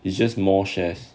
it's just more shares